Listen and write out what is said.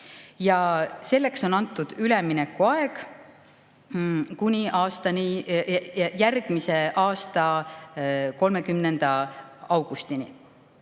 selleks on antud üleminekuaeg kuni järgmise aasta 30. augustini.